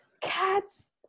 Cats